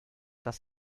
das